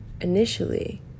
initially